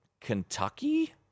Kentucky